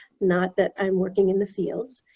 not that i'm working in the fields.